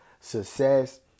success